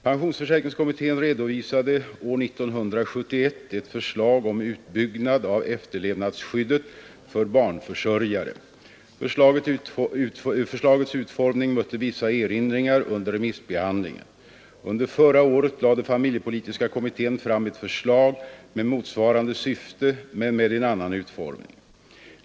Pensionsförsäkringskommittén redovisade år 1971 ett förslag om utbyggnad av efterlevandeskyddet för barnförsörjare. Förslagets utformning mötte vissa erinringar under remissbehandlingen. Under förra året lade familjepolitiska kommittén fram ett förslag med motsvarande syfte men med en annan utformning.